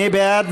מי בעד?